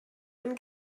ein